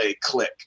click